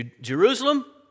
Jerusalem